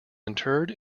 interred